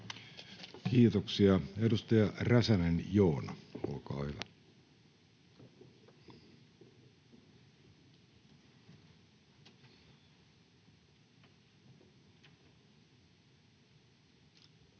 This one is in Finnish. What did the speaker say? Kiitoksia. — Edustaja Räsänen, Joona, olkaa hyvä. [Speech